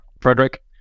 Frederick